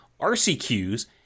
RCQs